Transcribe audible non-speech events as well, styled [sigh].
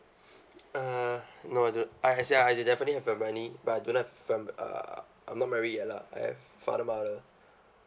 [breath] uh no I don't ah as in I definitely have a family but I don't have fam~ uh I'm not married yet lah I have father mother